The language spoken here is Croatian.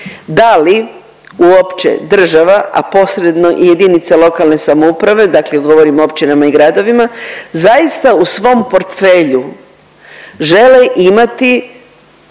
Da li uopće država, a posredno i jedinice lokalne samouprave, dakle govorim o općinama i gradovima zaista u svom portfelju žele imati